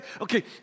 Okay